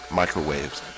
microwaves